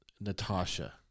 Natasha